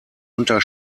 unter